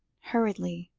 hurriedly,